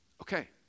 okay